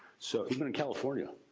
so even in california.